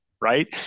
right